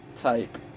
type